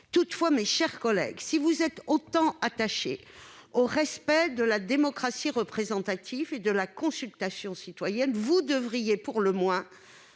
Toutefois, mes chers collègues, vous qui êtes si attachés au respect de la démocratie représentative et de la consultation citoyenne, vous devriez tout au moins